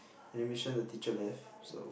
animation the teacher left so